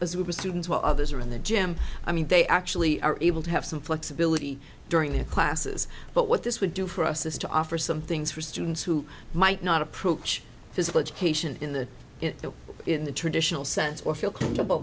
as were students while others are in the gym i mean they actually are able to have some flexibility during their classes but what this would do for us is to offer some things for students who might not approach physical education in the in the traditional sense or feel comfortable